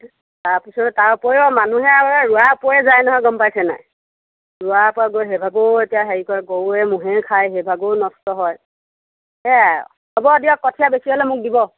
তাৰপিছত তাৰ উপৰিও মানুহে মানে ৰোৱাৰ ওপৰে যায় নহয় গম পাইছে নাই ৰোৱাৰ ওপৰে গৈ সেইভাগেও এতিয়া হেৰি কৰে গৰুৱে ম'হে খায় সেইভাগেও নষ্ট হয় সেয়াই আৰু হ'ব দিয়ক কঠীয়া বেছি হ'লে মোক দিব